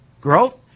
growth